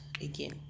again